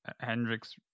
Hendrix